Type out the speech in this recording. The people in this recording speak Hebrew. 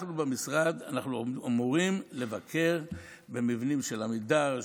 אנחנו במשרד אמורים לבקר במבנים של עמידר,